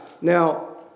Now